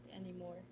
anymore